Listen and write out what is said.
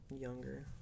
younger